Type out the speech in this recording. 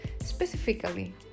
specifically